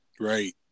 Right